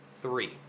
three